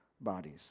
bodies